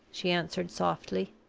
she answered, softly.